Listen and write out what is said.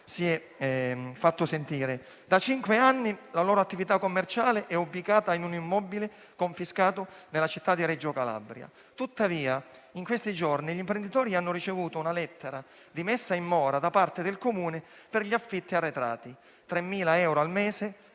si è fatto sentire: da cinque anni la loro attività commerciale è infatti ubicata in un immobile confiscato, nella città di Reggio Calabria. Tuttavia in questi giorni gli imprenditori hanno ricevuto una lettera di messa in mora da parte del Comune per gli affitti arretrati: si tratta di 3.000 euro al mese